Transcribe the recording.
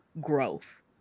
growth